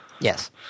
Yes